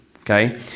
okay